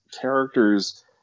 characters